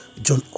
John